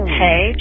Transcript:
hey